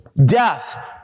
death